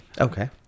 Okay